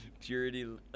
Purity